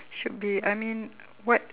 should be I mean what